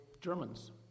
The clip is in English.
Germans